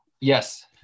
Yes